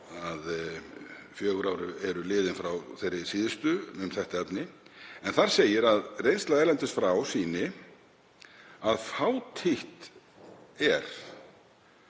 fjögur ár eru liðin frá þeirri síðustu um þetta efni. En þar segir að reynsla erlendis frá sýni að fátítt sé